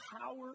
Power